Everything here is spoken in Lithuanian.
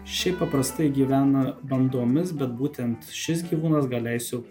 šiaip paprastai gyvena bandomis bet būtent šis gyvūnas gal leisiu